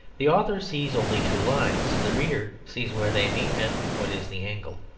the author sees only two lines the reader sees where they meet and what is the angle.